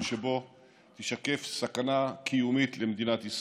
שבו תישקף סכנה קיומית למדינת ישראל.